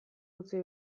utzi